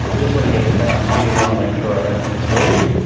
just want to get the facts and figures. i want to make sure i don't mislead.